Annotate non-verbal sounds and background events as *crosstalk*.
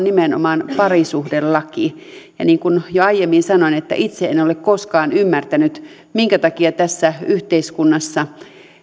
*unintelligible* nimenomaan parisuhdelaki ja niin kuin jo aiemmin sanoin itse en ole koskaan ymmärtänyt minkä takia tässä yhteiskunnassa